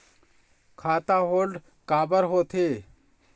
खाता होल्ड काबर होथे?